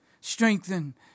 Strengthen